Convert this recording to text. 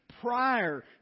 prior